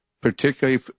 particularly